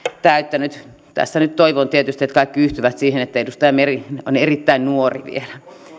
täyttänyt tässä nyt toivon tietysti että kaikki yhtyvät siihen että edustaja meri on erittäin nuori vielä